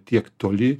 tiek toli